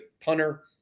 punter